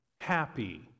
happy